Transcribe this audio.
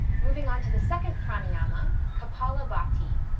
moving on to the second pranayama kapalabhati.